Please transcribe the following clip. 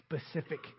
specific